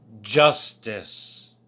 justice